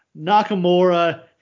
Nakamura